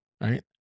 Right